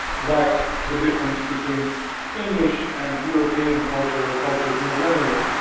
like the difference between english and european cultures, or cultures more generally,